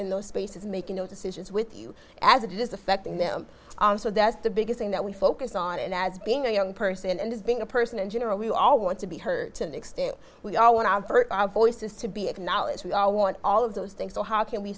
those spaces making the decisions with you as it is affecting them so that's the biggest thing that we focus on and as being a young person and as being a person in general we all want to be hurt and extend we all went on for our voices to be acknowledged we all want all of those things so how can we